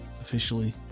officially